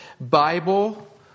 Bible